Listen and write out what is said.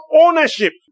ownership